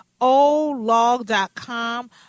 olog.com